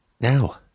Now